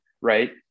Right